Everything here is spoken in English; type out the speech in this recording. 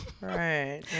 right